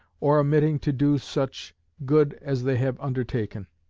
or omitting to do such good as they have undertaken.